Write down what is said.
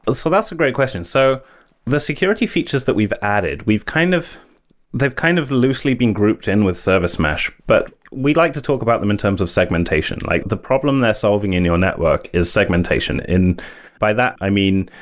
ah so that's a great question. so the security features that we've added, kind of they've kind of loosely been grouped in with service mesh, but we'd like to talk about them in terms of segmentation. like the problem they're solving in your network is segmentation. by that, i mean,